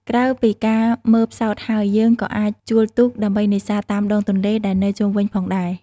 ក្រៅពីការមើលផ្សោតហើយ យើងក៏អាចជួលទូកដើម្បីនេសាទតាមដងទន្លេដែលនៅជុំវិញផងដែរ។